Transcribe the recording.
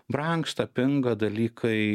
brangsta pinga dalykai